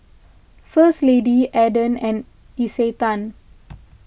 First Lady Aden and Isetan